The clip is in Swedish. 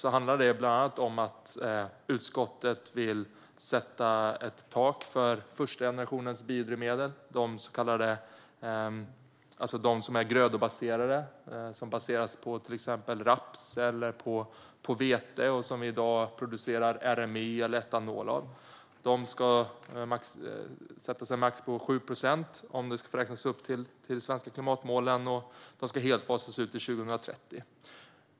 Det handlar bland annat om att utskottet vill sätta ett tak för första generationens biodrivmedel, det vill säga de som är grödobaserade, till exempel raps eller vete, som vi i dag producerar RME eller etanol av. Där ska max sättas till 7 procent, uppräknat till de svenska klimatmålen, och de ska helt fasas ut till 2030.